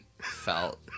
felt